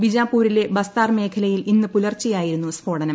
ബിജാപൂരിലെ ബസ്താർ മേഖലയിൽ ഇന്ന് ്പുലർച്ചെയായിരുന്നു സ്ഫോടനം